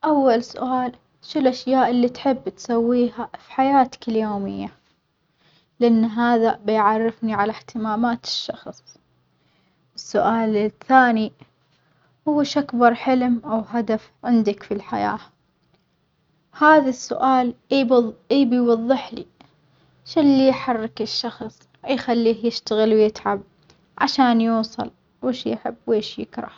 أول سؤال شو الأشياء اللي تحب تسويها في حياتك اليومية؟ لأن هذا بيعرفني على اهتمامات الشخص، السؤال الثاني هو شو أكبر حلم أو هدف عندك في الحياة؟ هذا السؤال أبل اللي بيوظحلي شو اللي يحرك الشخص يخليه يشتغل ويتعب عشان يوصل وإيش يحب وإيش يكره.